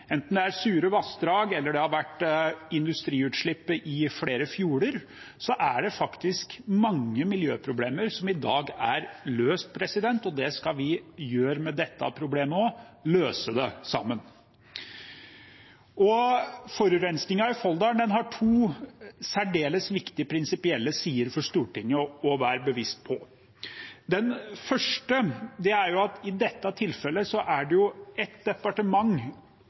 Enten det er sure vassdrag eller industriutslipp i flere fjorder, er det faktisk mange miljøproblemer som i dag er løst. Det skal vi gjøre med dette problemet også – løse det sammen. Forurensningen i Folldal har to særdeles viktige prinsipielle sider for Stortinget å være bevisst på. Den første er at i dette tilfellet er det ett departement,